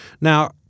Now